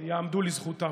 יעמדו לזכותם.